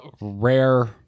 rare